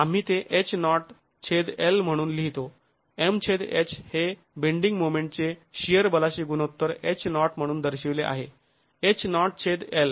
आम्ही ते H nought छेद l म्हणून लिहितो M छेद H हे बेंडींग मोमेंट चे शिअर बलाशी गुणोत्तर H नॉट म्हणून दर्शविले आहे H नॉट छेद l